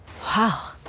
wow